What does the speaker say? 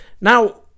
Now